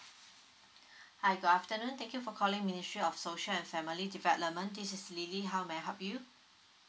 hi good afternoon thank you for calling ministry of social and family development this is lily how may I help you